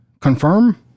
Confirm